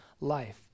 life